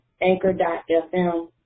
anchor.fm